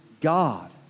God